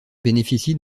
bénéficie